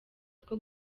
two